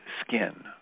skin